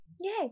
Yay